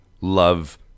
love